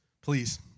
Please